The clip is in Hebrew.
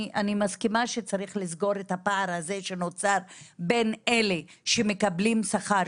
אני מסכימה שצריך לסגור את הפער הזה שנוצר בין אלה שמקבלים קצבאות